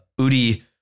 Udi